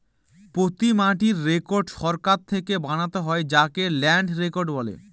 প্রতি মাটির রেকর্ড সরকার থেকে বানাতে হয় যাকে ল্যান্ড রেকর্ড বলে